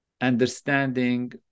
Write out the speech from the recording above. understanding